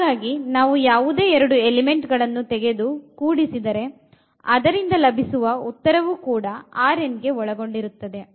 ಹಾಗಾಗಿ ನಾವು ಯಾವುದೇ ಎರೆಡು ಎಲಿಮೆಂಟ್ ಗಳನ್ನುತೆಗೆದು ಕೂಡಿಸಿದರೆ ಅದರಿಂದ ಲಭಿಸುವ ಉತ್ತರವೂ ಕೂಡ ಗೆ ಒಳಗೊಂಡಿರುತ್ತದೆ